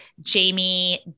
Jamie